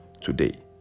today